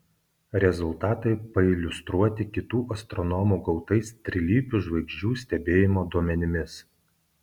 rezultatai pailiustruoti kitų astronomų gautais trilypių žvaigždžių stebėjimo duomenimis